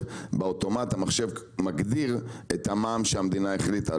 באוטומט המחשב מגדיר את המע"מ שהמדינה החליטה,